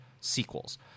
sequels